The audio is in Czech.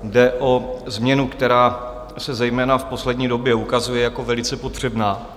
Jde o změnu, která se zejména v poslední době ukazuje jako velice potřebná.